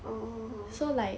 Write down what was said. oh